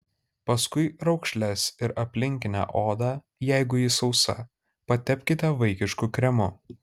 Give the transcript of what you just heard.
paskui raukšles ir aplinkinę odą jeigu ji sausa patepkite vaikišku kremu